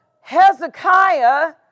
Hezekiah